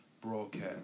broadcast